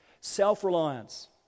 Self-reliance